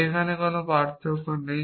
যেখানে এখানে কোন পার্থক্য নেই